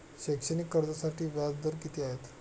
शैक्षणिक कर्जासाठी व्याज दर किती आहे?